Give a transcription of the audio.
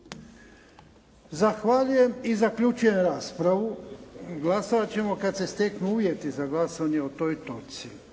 Zahvaljujem i zaključujem raspravu. Glasovat ćemo kad se steknu uvjeti za glasovanje o toj točci.